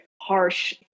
harsh